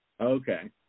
Okay